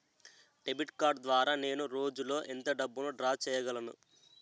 Debit card ద్వారా నేను రోజు లో ఎంత డబ్బును డ్రా చేయగలను?